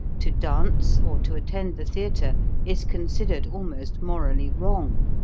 to dance or to attend the theater is considered almost morally wrong.